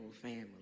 family